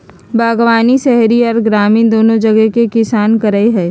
बागवानी शहरी आर ग्रामीण दोनो जगह के किसान करई हई,